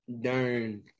darn